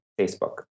Facebook